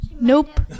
Nope